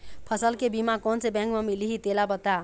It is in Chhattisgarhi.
फसल के बीमा कोन से बैंक म मिलही तेला बता?